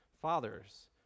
Fathers